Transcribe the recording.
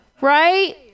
Right